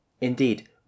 Indeed